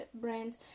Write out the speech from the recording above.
brand